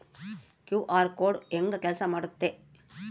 QR code ಹೆಂಗ ಕೆಲಸ ಮಾಡುತ್ತೆ?